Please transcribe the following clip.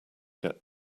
get